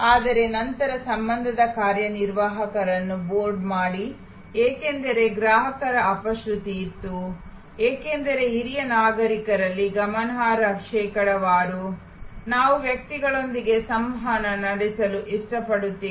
ಆದರೆ ನಂತರ ಸಂಬಂಧದ ಕಾರ್ಯನಿರ್ವಾಹಕರನ್ನು ಬೋರ್ಡ್ ಮಾಡಿ ಏಕೆಂದರೆ ಗ್ರಾಹಕರ ಅಪಶ್ರುತಿ ಇತ್ತು ಏಕೆಂದರೆ ಹಿರಿಯ ನಾಗರಿಕರಲ್ಲಿ ಗಮನಾರ್ಹ ಶೇಕಡಾವಾರು ನಾವು ವ್ಯಕ್ತಿಗಳೊಂದಿಗೆ ಸಂವಹನ ನಡೆಸಲು ಇಷ್ಟಪಡುತ್ತೇವೆ